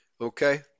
Okay